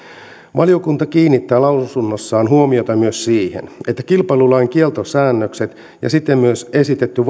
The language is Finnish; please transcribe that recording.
valiokunta kiinnittää lausunnossaan huomiota myös siihen että kilpailulain kieltosäännökset ja siten myös esitetty